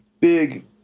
big